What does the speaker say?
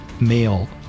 Male